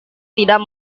tidak